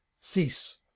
cease